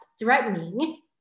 threatening